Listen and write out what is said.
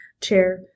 Chair